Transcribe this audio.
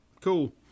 cool